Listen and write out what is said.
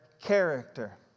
character